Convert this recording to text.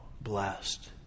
blessed